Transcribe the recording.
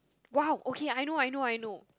!wow! okay I know I know I know